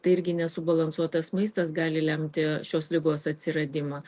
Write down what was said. tai irgi nesubalansuotas maistas gali lemti šios ligos atsiradimą